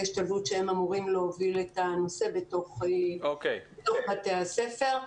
האלה אמורים להוביל את הנושא בתוך בית הספר.